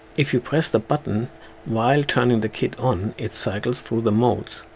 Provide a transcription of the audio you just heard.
if you press the button while turning the kit on, it cycles through the modes.